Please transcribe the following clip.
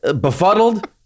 befuddled